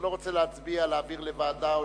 אתה לא רוצה להצביע להעביר לוועדה?